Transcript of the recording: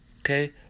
okay